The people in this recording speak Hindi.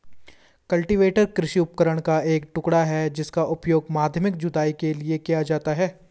कल्टीवेटर कृषि उपकरण का एक टुकड़ा है जिसका उपयोग माध्यमिक जुताई के लिए किया जाता है